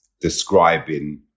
Describing